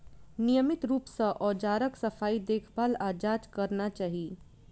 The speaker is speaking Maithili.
नियमित रूप सं औजारक सफाई, देखभाल आ जांच करना चाही